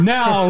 Now